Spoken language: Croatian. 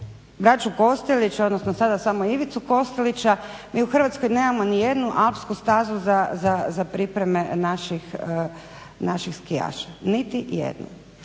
braću Kostelić odnosno sada samo Ivicu Kostelića mi u Hrvatskoj nemamo nijednu alpsku stazu za pripreme naših skijaša niti jednu.